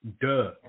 duh